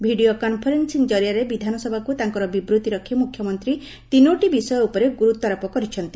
video conferencing କରିଆରେ ବିଧାନସଭାକୁ ତାଙ୍କର ବିବୃତି ରଖି ମୁଖ୍ୟମନ୍ତୀ ତିନୋଟି ବିଷୟ ଉପରେ ଗୁର୍ତ୍ୱାରୋପ କରିଛନ୍ତି